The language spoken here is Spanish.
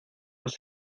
los